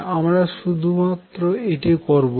আমরা শুধুমাত্র এটি করবো না